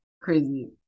crazy